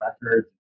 records